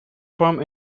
firm